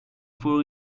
for